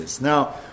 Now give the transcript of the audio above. Now